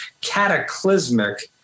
cataclysmic